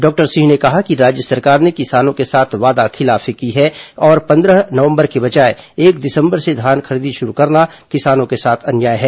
doctor Singh ने कहा कि राज्य सरकार ने किसानों के साथ वादाखिलाफी की है और पंद्रह नवम्बर के बजाए एक दिसंबर से धान खरीदी शुरू करना किसानों के साथ अन्याय है